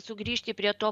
sugrįžti prie to